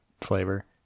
flavor